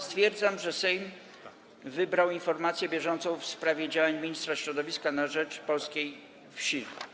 Stwierdzam, że Sejm wybrał informację bieżącą w sprawie działań ministra środowiska na rzecz polskiej wsi.